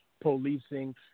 policing